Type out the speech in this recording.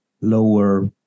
lower